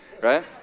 Right